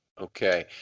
Okay